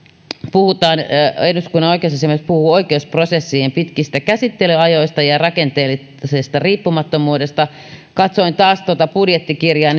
puhutaan eduskunnan oikeusasiamies puhuu oikeusprosessien pitkistä käsittelyajoista ja rakenteellisesta riippumattomuudesta katsoin taas tuota budjettikirjaa ja